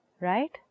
Right